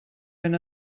ben